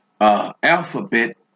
alphabet